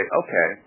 okay